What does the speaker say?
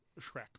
shrek